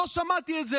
לא שמעתי את זה.